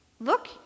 look